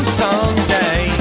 someday